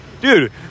Dude